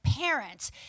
parents